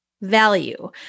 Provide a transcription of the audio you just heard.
Value